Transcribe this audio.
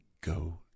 go